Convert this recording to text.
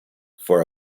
for